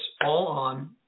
all-on